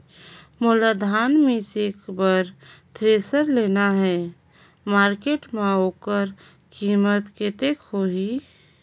मोला धान मिसे बर थ्रेसर लेना हे मार्केट मां होकर कीमत कतेक होही?